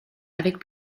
avec